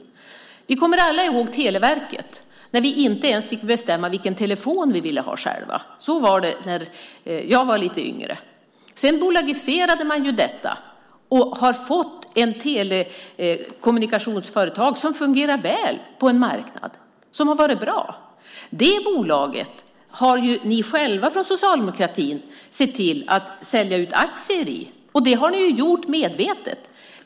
Alla kommer vi ihåg Televerket. Vi fick inte själva ens bestämma vilken telefon vi skulle ha. Så var det när jag var lite yngre. Sedan bolagiserades företaget. Vi har fått ett telekommunikationsföretag som fungerar väl på marknaden och som har varit bra. Det bolaget har ju ni socialdemokrater själva sett till att sälja ut aktier i. Det har ni gjort medvetet.